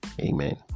Amen